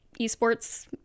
esports